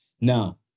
Now